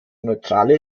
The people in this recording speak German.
neutrale